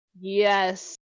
Yes